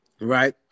right